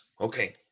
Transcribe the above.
Okay